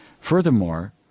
Furthermore